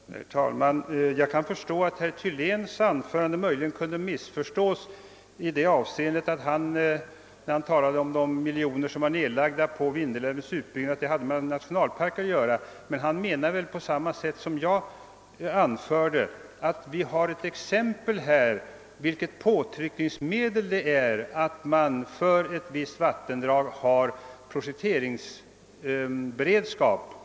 Herr talman! Jag kan förstå att herr Thyléns anförande möjligen kunde missförstås i det avseendet att han, när han talade om de miljoner som var nedlagda på projektering av Vindelälvens utbyggnad, hade menat att detta hade något med nationalparker att göra. Vad han menade var väl att vi här har ett exempel på det starka påtryckningsmedel det kan innebära att man för ett visst vattendrag har projekteringsberedskap.